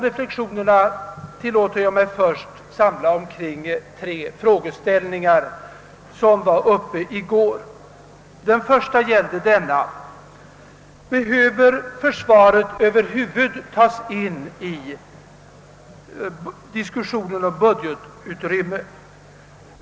Jag tillåter mig först göra reflexioner rörande de frågeställningar som var föremål för debatt i går. Min första fråga: Behöver försvaret över huvud taget komma in i diskussionen om budgetutrymme?